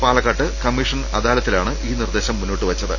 പാലക്കാട്ട് കമ്മീഷൻ അദാലത്താണ് ഈ നിർദേശം മുന്നോട്ട് വെച്ചത്